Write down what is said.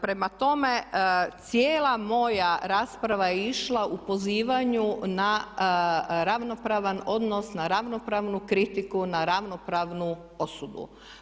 Prema tome, cijela moja rasprava je išla u pozivanju na ravnopravan odnos, na ravnopravnu kritiku, na ravnopravnu osudu.